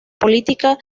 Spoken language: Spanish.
política